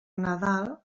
nadal